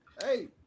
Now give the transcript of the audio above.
Hey